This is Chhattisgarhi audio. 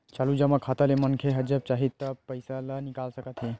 चालू जमा खाता ले मनखे ह जब चाही तब पइसा ल निकाल सकत हे